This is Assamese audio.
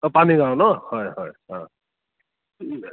অঁ পানীগাঁও ন' হয় হয় হয়